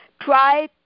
try